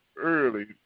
early